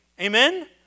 Amen